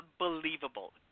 Unbelievable